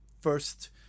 first